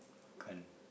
can't